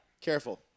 Careful